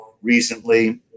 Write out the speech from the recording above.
recently